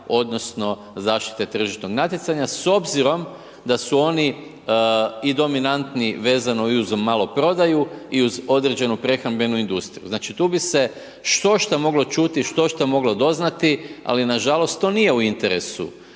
odnosno zaštite tržišnog natjecanja s obzirom da su oni i dominantni vezano i uz maloprodaju i uz određenu prehrambenu industriju. Znači tu bi se štošta moglo čuti, štošta moglo doznati ali nažalost to nije u interesu